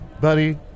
buddy